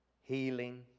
healing